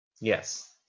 yes